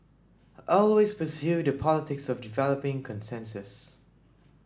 always pursue the politics of developing consensus